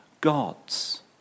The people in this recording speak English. gods